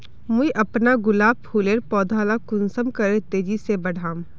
मुई अपना गुलाब फूलेर पौधा ला कुंसम करे तेजी से बढ़ाम?